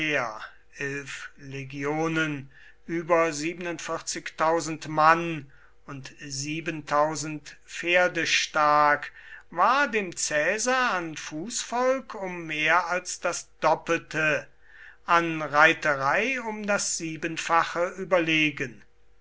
legionen mann und pferde stark war dem caesar an fußvolk um mehr als das doppelte an reiterei um das siebenfache überlegen